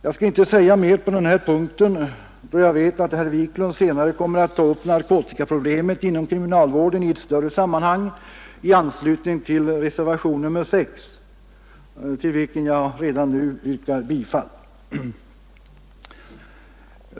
Jag skall dock inte säga mer på den här punkten, eftersom jag vet att herr Wiklund i Stockholm senare kommer att ta upp narkotikaproblemet inom kriminalvården i ett större sammanhang i anslutning till reservationen 6, till vilken jag redan nu yrkar bifall.